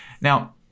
Now